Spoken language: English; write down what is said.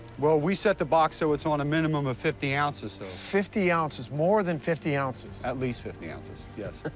well, we set the box so it's on a minimum of fifty ounces. so fifty ounces? more than fifty ounces? at least fifty ounces, yes.